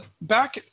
Back